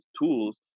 tools